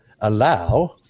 allow